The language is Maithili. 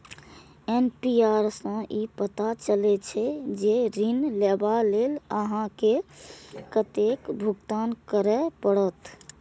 ए.पी.आर सं ई पता चलै छै, जे ऋण लेबा लेल अहां के कतेक भुगतान करय पड़त